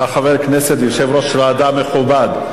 אתה חבר כנסת ויושב-ראש ועדה מכובד,